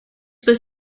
was